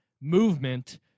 movement